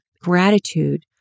gratitude